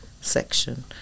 section